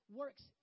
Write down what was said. works